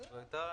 זו הייתה עמדה.